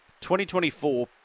2024